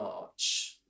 march